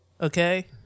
Okay